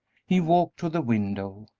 he walked to the window,